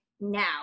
now